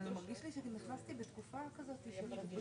זה הכול מוגדר באותו סעיף 35. רפואה שלמה, מירי.